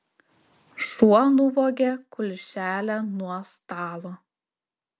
šuo nuvogė kulšelę nuo stalo